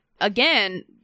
Again